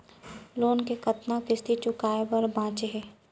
Loan के कतना किस्ती चुकाए बर बांचे हे?